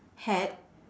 had